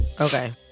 Okay